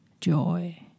joy